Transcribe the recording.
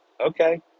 okay